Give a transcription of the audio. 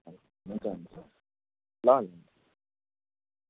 हुन्छ हुन्छ ल ल